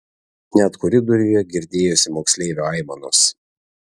net koridoriuje girdėjosi moksleivio aimanos